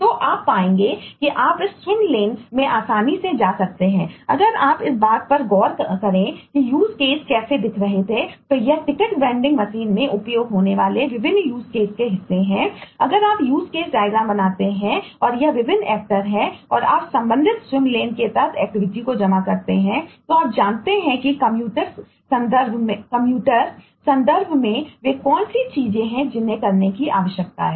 तो आप पाएंगे कि आप इस स्विम लेन संदर्भ में वे कौन सी चीजें हैं जिन्हें करने की आवश्यकता है